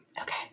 Okay